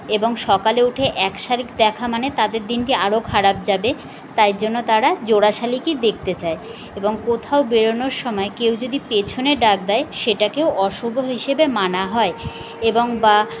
এবং সকালে উঠে এক শালিক দেখা মানে তাদের দিনটি আরও খারাপ যাবে তাই জন্য তারা জোড়া শালিকই দেখতে চায় এবং কোথাও বেরনোর সময় কেউ যদি পেছনে ডাক দেয় সেটাকেও অশুভ হিসেবে মানা হয় এবং বা